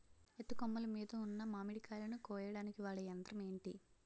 ఎత్తు కొమ్మలు మీద ఉన్న మామిడికాయలును కోయడానికి వాడే యంత్రం ఎంటి?